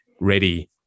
ready